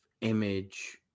image